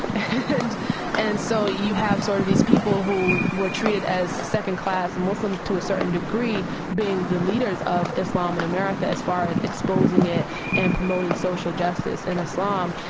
and and so you have sort of these people who were treated as second-class and muslims to a certain degree being the leaders of islam in america as far as exposing it and promoting social justice in islam.